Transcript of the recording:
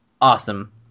awesome